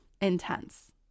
intense